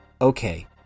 okay